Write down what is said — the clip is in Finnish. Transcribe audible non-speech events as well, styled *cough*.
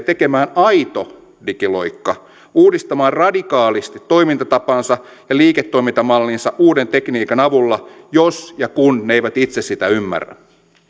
*unintelligible* tekemään aito digiloikka uudistamaan radikaalisti toimintatapaansa ja liiketoimintamallinsa uuden tekniikan avulla jos ja kun ne eivät itse sitä ymmärrä